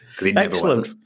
Excellent